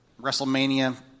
WrestleMania